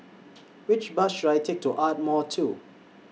Which Bus should I Take to Ardmore two